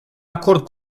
acord